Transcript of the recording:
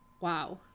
wow